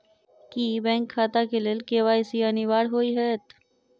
की bank खाता केँ लेल के.वाई.सी अनिवार्य होइ हएत?